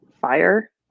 fire